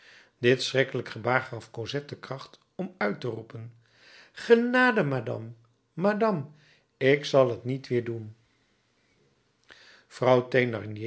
dit schrikkelijk gebaar gaf cosette de kracht om uit te roepen genade madame madame ik zal t niet weer doen vrouw